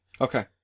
Okay